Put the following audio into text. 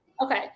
Okay